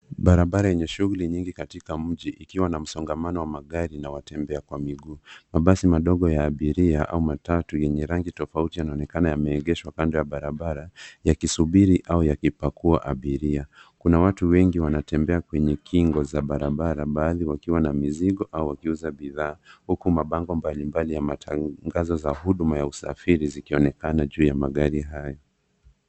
Barabara yenye shughuli nyingi katika mji ikiwa na msongamano wa magari na watembea kwa miguu na basi madogo ya abiria au matatu yenye rangi tofauti yanaonekana yameegeshwa kando ya barabara yakisubiri au yakipakuwa abiria. Kuna watu wengi wanatembea kwenye kingo za barabara baadhi wakiwa na mizigo au wakiuza bidhaa huku mabango mbali mbali ya matangazo za huduma ya usafiri zikionekana juu ya magari haya.